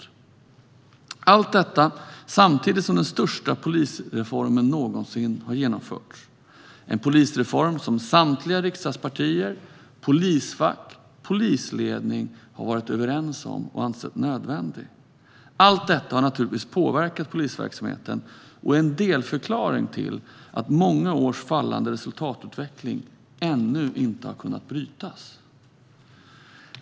Vi har haft allt detta samtidigt som den största polisreformen någonsin har genomförts - det är en polisreform som samtliga riksdagspartier, polisfack och polisledning har varit överens om och ansett nödvändig. Allt detta har naturligtvis påverkat polisverksamheten, och det är en delförklaring till att många års fallande resultatutveckling ännu inte har kunnat brytas.